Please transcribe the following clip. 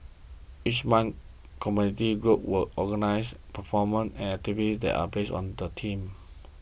each month community groups will organise performances and activities there based on a theme